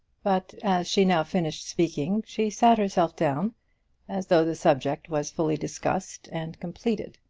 but, as she now finished speaking, she sat herself down as though the subject was fully discussed and completed.